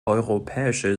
europäische